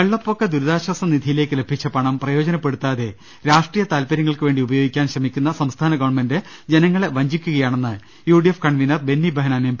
വെള്ളപ്പൊക്ക ദുരിതാശ്ചാസ നിധിയിലേക്ക് ലഭിച്ച പണം പ്രയോജ നപ്പെടുത്താതെ രാഷ്ട്രീയ താൽപര്യങ്ങൾക്കു വേണ്ടി ഉപയോഗി ക്കാൻ ശ്രമിക്കുന്ന സംസ്ഥാന ഗവൺമെന്റ് ജനങ്ങളെ വഞ്ചിക്കു കയാണെന്ന് UDF convener Benny Behanan M